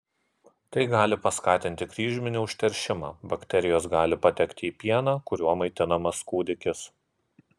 tai gali paskatinti kryžminį užteršimą bakterijos gali patekti į pieną kuriuo maitinamas kūdikis